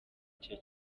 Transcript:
cye